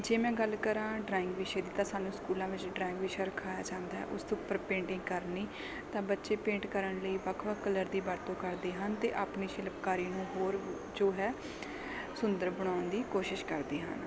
ਜੇ ਮੈਂ ਗੱਲ ਕਰਾਂ ਡਰਾਇੰਗ ਵਿਸ਼ੇ ਦੀ ਤਾਂ ਸਾਨੂੰ ਸਕੂਲਾਂ ਵਿੱਚ ਡਰਾਇੰਗ ਵਿਸ਼ਾ ਰਖਾਇਆ ਜਾਂਦਾ ਹੈ ਉਸ ਤੋਂ ਉੱਪਰ ਪੇਂਟਿੰਗ ਕਰਨੀ ਤਾਂ ਬੱਚੇ ਪੇਂਟ ਕਰਨ ਲਈ ਵੱਖ ਵੱਖ ਕਲਰ ਦੀ ਵਰਤੋਂ ਕਰਦੇ ਹਨ ਅਤੇ ਆਪਣੀ ਸ਼ਿਲਪਕਾਰੀ ਨੂੰ ਹੋਰ ਜੋ ਹੈ ਸੁੰਦਰ ਬਣਾਉਣ ਦੀ ਕੋਸ਼ਿਸ਼ ਕਰਦੇ ਹਨ